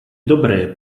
dobré